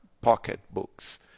pocketbooks